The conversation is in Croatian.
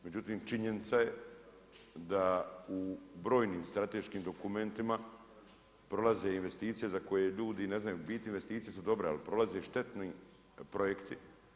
Međutim, činjenica je da u brojnim strateškim dokumentima prolaze i investicije za koje ljudi ne znaju, u biti investicije su dobre ali prolaze štetni projekti.